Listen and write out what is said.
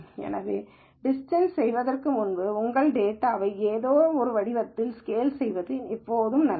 எனவே இந்த டிஸ்டன்ஸைச் செய்வதற்கு முன் உங்கள் டேட்டாவை ஏதேனும் ஒரு வடிவத்தில் ஸ்கேல் செய்வது எப்போதும் நல்லது